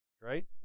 Right